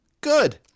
Good